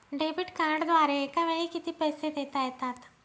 Debit कार्डद्वारे एकावेळी किती पैसे देता येतात?